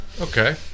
Okay